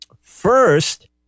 First